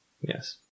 Yes